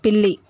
పిల్లి